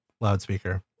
loudspeaker